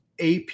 AP